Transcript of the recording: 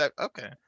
Okay